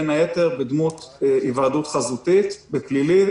בין היתר בדמות היוועדות חזותית בפלילים,